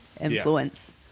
influence